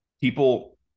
people